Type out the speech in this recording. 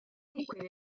digwydd